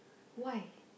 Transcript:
why